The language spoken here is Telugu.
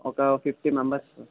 ఒక ఫిఫ్టీ మెంబర్స్